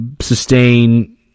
sustain